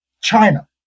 China